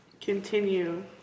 continue